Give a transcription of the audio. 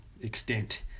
extent